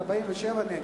47 נגד.